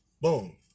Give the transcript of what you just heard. Boom